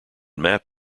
map